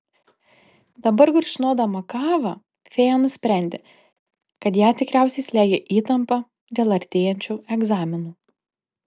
dabar gurkšnodama kavą fėja nusprendė kad ją tikriausiai slegia įtampa dėl artėjančių egzaminų